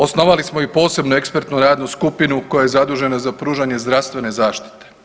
Osnovali smo i posebnu ekspertnu radnu skupinu koja je zadužena za pružanje zdravstvene zaštite.